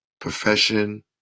profession